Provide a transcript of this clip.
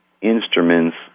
instruments